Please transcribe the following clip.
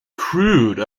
crude